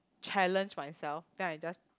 challenge myself then I just